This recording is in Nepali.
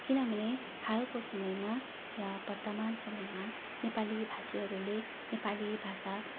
किनभने हालको समयमा या वर्तमान समयमा नेपालीभाषीहरूले नेपाली भाषा